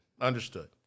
Understood